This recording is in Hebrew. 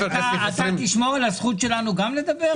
אתה תשמור גם על הזכות שלנו לדבר?